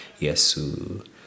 Yesu